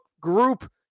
group